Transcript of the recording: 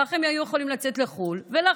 כך הם היו יכולים לצאת לחו"ל ולחזור.